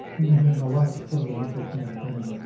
i mean, in the last presidential campaign,